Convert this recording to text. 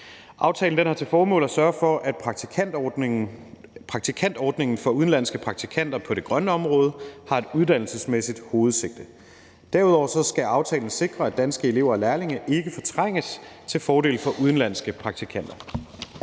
Aftalen har til formål at sørge for, at praktikantordningen for udenlandske praktikanter på det grønne område har et uddannelsesmæssigt hovedsigte. Derudover skal aftalen sikre, at danske elever og lærlinge ikke fortrænges til fordel for udenlandske praktikanter.